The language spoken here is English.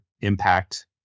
impact